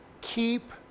keep